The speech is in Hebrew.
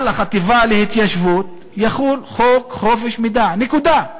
על החטיבה להתיישבות יחול חוק חופש המידע, נקודה?